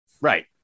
Right